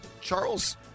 Charles